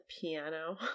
piano